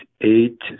Eight